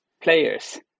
players